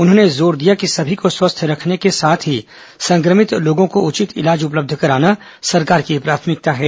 उन्होंने जोर दिया कि सभी को स्वस्थ रखने के साथ ही संक्रमित लोगों को उचित इलाज उपलब्ध कराना सरकार की प्राथमिकता है